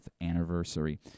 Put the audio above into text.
anniversary